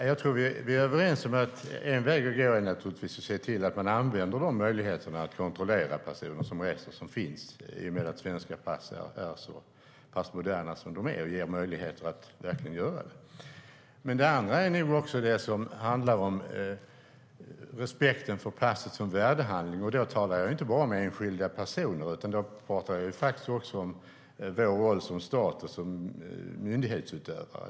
Herr talman! Vi är nog överens om att en väg att gå är att se till att man använder de möjligheter som finns att kontrollera personer som reser. Svenska pass är moderna och ger verkligen möjlighet till detta. Det andra handlar om respekten för passet som värdehandling. Då talar jag inte bara om enskilda personer utan också om vår roll som stat och myndighetsutövare.